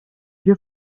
wir